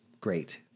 great